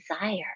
desire